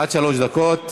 עד שלוש דקות.